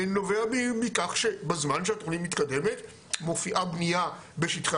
נובע מכך שבזמן שהתוכנית מתקדמת מופיעה בנייה בשטחי